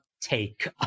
take